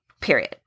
Period